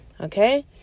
okay